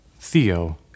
Theo